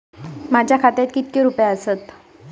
माझ्या खात्यात कितके रुपये आसत?